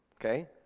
okay